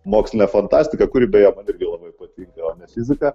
mokslinė fantastika kuri beje irgi labai patinka o ne fizika